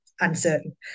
uncertain